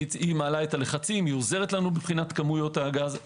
היא מעלה את הלחצים, עוזרת לנו מבחינת כמויות הגז.